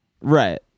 Right